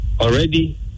already